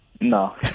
No